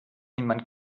niemand